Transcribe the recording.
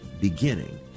beginning